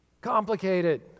complicated